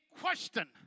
question